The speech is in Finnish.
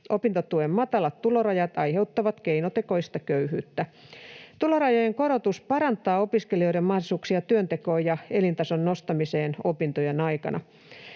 Opintotuen matalat tulorajat aiheuttavat keinotekoista köyhyyttä. Tulorajojen korotus parantaa opiskelijoiden mahdollisuuksia työntekoon ja elintason nostamiseen opintojen aikana.